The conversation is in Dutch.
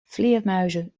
vleermuizen